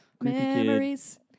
Memories